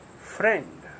Friend